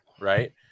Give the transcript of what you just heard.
right